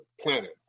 planet